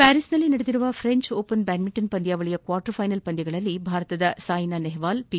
ಪ್ಕಾರಿಸ್ನಲ್ಲಿ ನಡೆದಿರುವ French Open badminton ಪಂದ್ಕಾವಳಿಯ quarter final ಪಂದ್ಕಗಳಲ್ಲಿ ಭಾರತದ ಸೈನಾ ನೆಹ್ವಾಲ್ ಪಿ